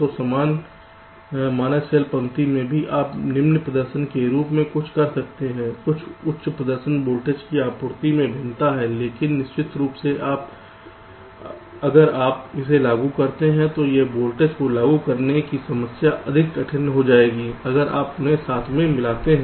तो समान मानक सेल पंक्ति में भी आप निम्न प्रदर्शन के रूप में कुछ कर सकते हैं कुछ उच्च प्रदर्शन वोल्टेज की आपूर्ति में भिन्नता है लेकिन निश्चित रूप से अगर आप इसे लागू करते हैं तो इस वोल्टेज को लागू करने की समस्या अधिक कठिन हो जाएगी अगर आप उन्हें साथ में मिलाते हैं